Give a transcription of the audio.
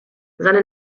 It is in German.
seine